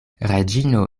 reĝino